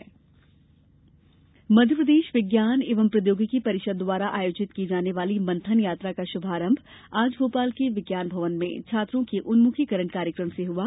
मंथन यात्रा मध्यप्रदेश विज्ञान एवं प्रौद्योगिक परिषद द्वारा आयोजित की जाने वाली मंथन यात्रा का शुभारम्भ आज भोपाल के विज्ञान भवन में छात्रों के उन्मुखीकरण कार्यक्रम से हुआ